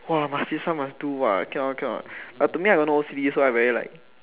!wah! must this one must do ah cannot cannot but to me I got no O_C_D so I'm very like